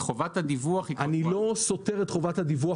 אני לא סותר את חובת הדיווח.